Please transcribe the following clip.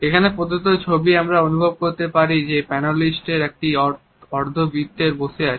এখানে প্রদত্ত ছবিতে আমরা অনুভব করতে পারি যে প্যানেলিস্ট একটি অর্ধ বৃত্তের বসে আছেন